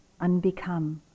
unbecome